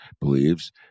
believes